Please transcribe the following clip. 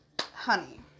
honey